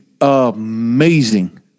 amazing